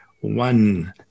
one